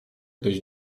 dość